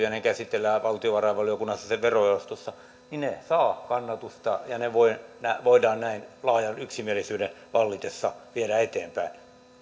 ja ne käsitellään valtiovarainvaliokunnassa sen verojaostossa niin ne saavat kannatusta ja ne voidaan näin laajan yksimielisyyden vallitessa viedä eteenpäin